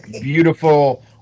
Beautiful